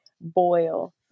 boil